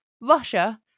Russia